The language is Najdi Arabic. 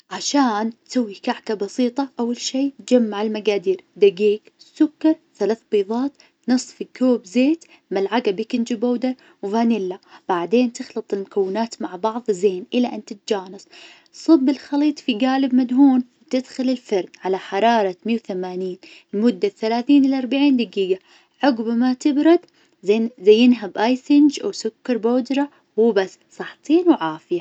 عشان تسوي كعكة بسيطة أول شي جمع المقادير دقيق سكر ثلاث بيظات نصف كوب زيت ملعقة بيكنج بودر وفانيلا، بعدين تخلط المكونات مع بعظ زين إلى أن تتجانس. صب الخليط في قالب مدهون تدخل الفرن على حرارة مئة وثمانين لمدة ثلاثين إلى أربعين دقيقة. عقب ما تبرد زين- زينها بأي سينج وسكر بودرة وبس، صحتين وعافية.